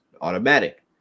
automatic